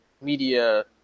media